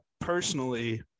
personally